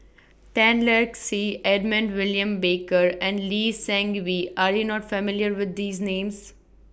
Tan Lark Sye Edmund William Barker and Lee Seng Wee Are YOU not familiar with These Names